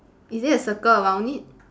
is it a circle around it